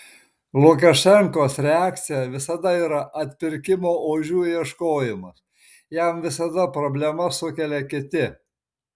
lukašenkos reakcija visada yra atpirkimo ožių ieškojimas jam visada problemas sukelia kiti